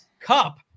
cup